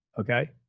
okay